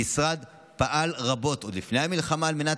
המשרד פעל רבות עוד לפני המלחמה על מנת